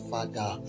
Father